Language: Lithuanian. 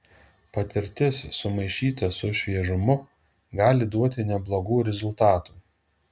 patirtis sumaišyta su šviežumu gali duoti neblogų rezultatų